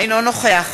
אינו נוכח